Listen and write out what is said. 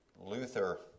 Luther